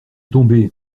tomber